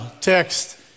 text